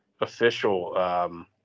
official